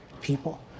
people